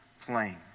plane